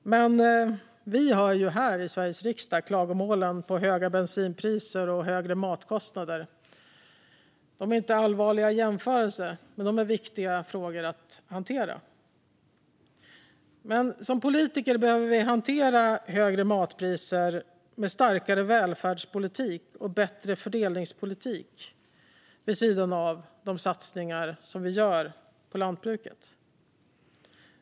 Men vi hör här i Sveriges riksdag klagomålen på höga bensinpriser och högre matkostnader. De är inte allvarliga i jämförelse, men det är viktiga frågor att hantera. Som politiker behöver vi hantera högre matpriser med starkare välfärdspolitik och bättre fördelningspolitik vid sidan av de satsningar som vi gör på lantbruket.